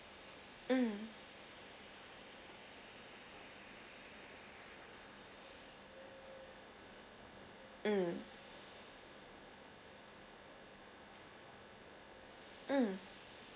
mm mm mm